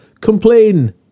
Complain